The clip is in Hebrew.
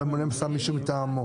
והממונה מציב מישהו מטעמו.